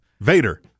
Vader